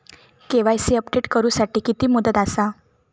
KYC update करू साठी किती मुदत आसा?